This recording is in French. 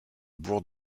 bourg